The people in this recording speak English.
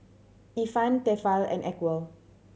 Ifan Tefal and Acwell